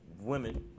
women